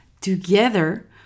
together